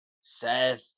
Seth